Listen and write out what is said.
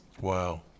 Wow